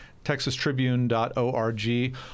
texastribune.org